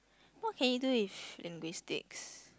what can you do with linguistics